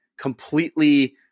completely